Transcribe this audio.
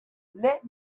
let